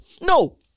No